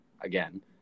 again